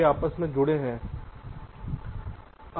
वे आपस में जुड़ते हैं